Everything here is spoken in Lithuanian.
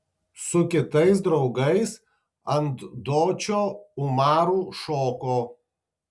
su kitais draugais ant dočio umaru šoko